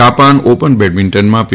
Japan open બેડમિન્ટનમાં પી